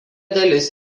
dalis